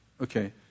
Okay